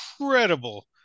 incredible